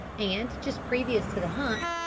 and, just previous to the hunt,